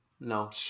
No